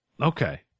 okay